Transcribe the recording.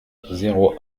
zéro